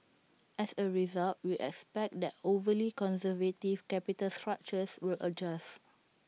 as A result we expect that overly conservative capital structures will adjust